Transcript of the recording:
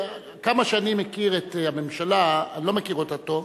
כמה שאני מכיר את הממשלה, אני לא מכיר אותה טוב,